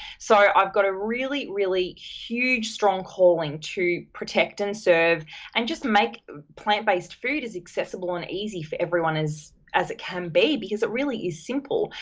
so, i've got a really, really huge strong calling to protect and serve and just make plant based food as accessible and easy for everyone as it can be because it really is simple.